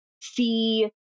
see